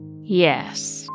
Yes